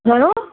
घणो